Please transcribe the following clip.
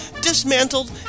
dismantled